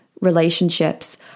relationships